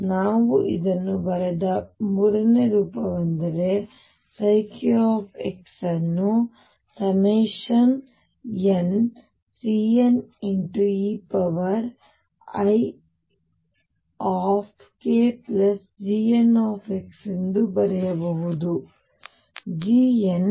ಮತ್ತು ನಾವು ಇದನ್ನು ಬರೆದ ಮೂರನೇ ರೂಪವೆಂದರೆ k ಅನ್ನುnCneikGnx ಎಂದು ಬರೆಯಬಹುದು ಅಲ್ಲಿ